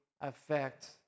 affect